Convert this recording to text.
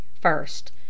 First